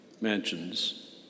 Mansions